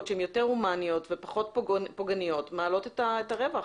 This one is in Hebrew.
שהן יותר הומניות ופחות פוגעניות מעלות את הרווח.